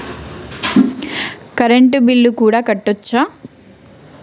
Current bill కూడా కట్టొచ్చా?